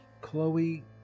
Chloe